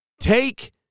take